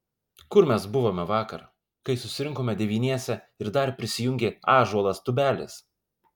kur mes buvome vakar kai susirinkome devyniese ir dar prisijungė ąžuolas tubelis